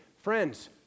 Friends